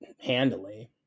handily